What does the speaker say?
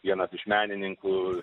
vienas iš menininkų